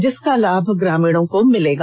जिसका लाभ ग्रामीणों को मिलेगा